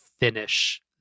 finish